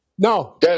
No